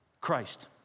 Christ